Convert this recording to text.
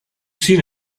seen